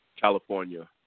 California